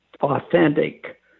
authentic